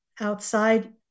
outside